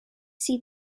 see